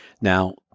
Now